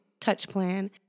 TouchPlan